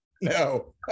no